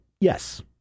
Yes